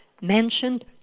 mentioned